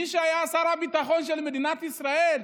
מי שהיה שר הביטחון של מדינת ישראל,